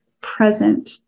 present